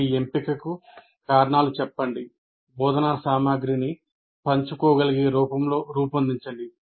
మీ ఎంపికకు కారణాలు చెప్పండి బోధనా సామగ్రిని పంచుకోగలిగే రూపంలో రూపొందించండి